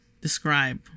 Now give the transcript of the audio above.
Describe